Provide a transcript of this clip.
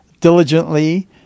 diligently